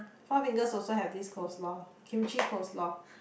Four-Fingers also have this coleslaw Kimchi coleslaw